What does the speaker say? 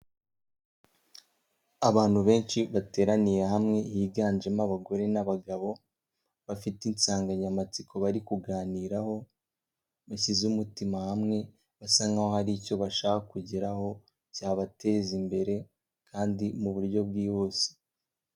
Abantu benshi bateraniye hamwe higanjemo abagore n'abagabo, bafite insanganyamatsiko bari kuganiraho, bashyize umutima hamwe, basa nk'aho hari icyo bashaka kugeraho cyabateza imbere, kandi mu buryo bwihuse.